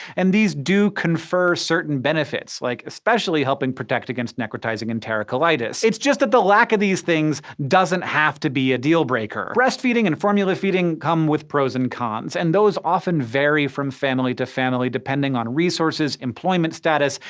and these do confer certain benefits like especially helping protect against necrotizing enterocolitis. it's just that the lack of these things doesn't have to be a deal-breaker. breastfeeding and formula feeding come with pros and cons, and those often vary from family to family depending on resources, employment status,